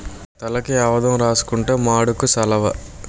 తలకి ఆవదం రాసుకుంతే మాడుకు సలవ